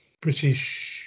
British